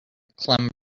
clem